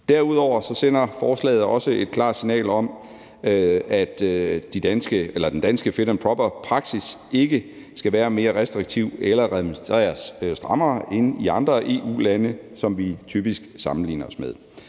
Derudover sender forslaget også et klart signal om, at den danske fit and proper-praksis ikke skal være mere restriktiv eller administreres strammere end i andre EU-lande, som vi typisk sammenligner os med.